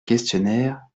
questionnaire